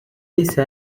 dice